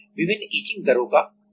विभिन्न etching दरों का क्या अर्थ है